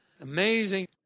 Amazing